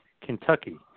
Kentucky